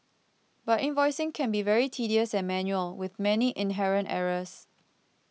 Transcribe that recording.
but invoicing can be very tedious and manual with many inherent errors